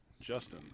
Justin